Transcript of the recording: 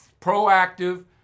proactive